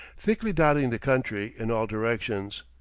thickly dotting the country in all directions,